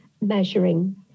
measuring